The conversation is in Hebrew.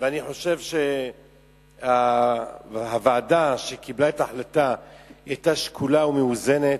אני חושב שהוועדה קיבלה החלטה שקולה ומאוזנת.